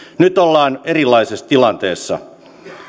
nyt ollaan erilaisessa tilanteessa